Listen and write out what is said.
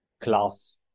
class